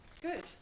Good